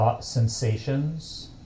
sensations